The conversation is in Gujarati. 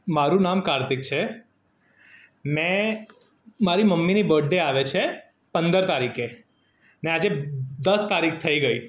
મારું નામ કાર્તિક છે મેં મારી મમ્મીની બર્થ ડે આવે છે પંદર તારીખે ને આજે દસ તારીખ થઈ ગઈ